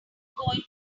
going